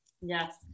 Yes